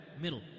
middle